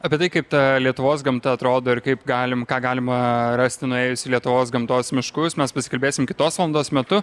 apie tai kaip ta lietuvos gamta atrodo ir kaip galim ką galima rasti nuėjus į lietuvos gamtos miškus mes pasikalbėsim kitos valandos metu